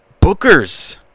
Bookers